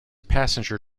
passenger